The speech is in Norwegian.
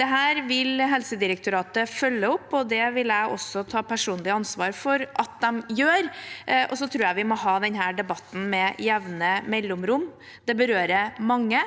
Dette vil Helsedirektoratet følge opp, og det vil jeg også ta personlig ansvar for at de gjør. Jeg tror vi må ha denne debatten med jevne mellomrom. Det berører mange.